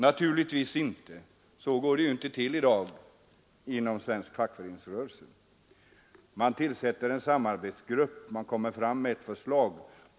Naturligtvis inte — så går det ju inte till i dag inom svensk fackföreningsrörelse. Man tillsätter en samarbetsgrupp, och man kommer fram med ett förslag.